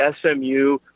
SMU